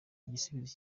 igisubizo